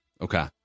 Okay